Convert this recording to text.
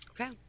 Okay